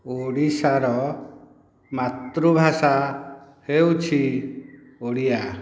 ଓଡ଼ିଶାର ମାତୃଭାଷା ହେଉଛି ଓଡ଼ିଆ